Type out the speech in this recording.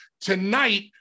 tonight